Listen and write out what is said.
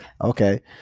okay